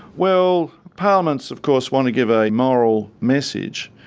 well, parliaments of course want to give a moral message,